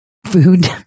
Food